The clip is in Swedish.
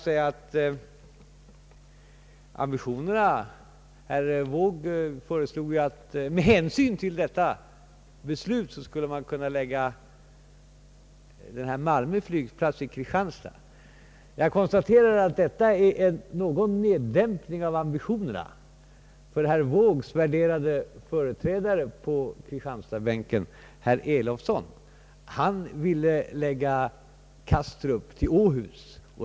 Herr Wååg föreslog att man med hänsyn till detta beslut skulle kunna lägga Malmö flygplats i Kristianstad. Jag konstaterar att detta är någon neddämpning av ambitionerna. Herr Wåågs värderade företrädare på kristianstadsbänken, herr Nils Elowsson, ville lägga Kastrup i Åhus.